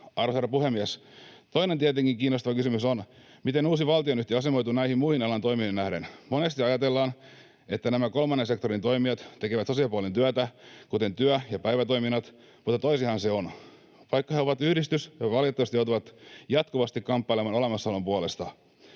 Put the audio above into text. herra puhemies! Toinen tietenkin kiinnostava kysymys on, miten uusi valtionyhtiö asemoituu näihin muihin alan toimijoihin nähden. Monesti ajatellaan, että nämä kolmannen sektorin toimijat tekevät sosiaalipuolen työtä, kuten työ- ja päivätoiminnat, mutta toisinhan se on: vaikka he ovat yhdistys, he valitettavasti joutuvat jatkuvasti kamppailemaan olemassaolon puolesta.